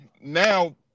now